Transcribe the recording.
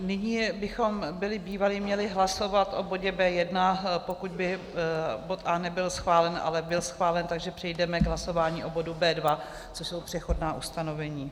Nyní bychom byli bývali měli hlasovat o bodu B1, pokud by bod A nebyl schválen, ale byl schválen, takže přejdeme k hlasování o bodu B2, což jsou přechodná ustanovení.